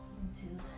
into